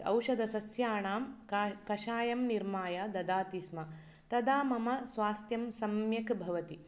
औषधसस्याणां कश् कषायं निर्माय ददाति स्म तदा मम स्वास्त्यं सम्यक् भवति